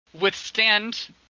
withstand